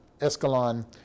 Escalon